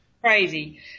crazy